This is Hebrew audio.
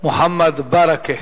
מוחמד ברכה.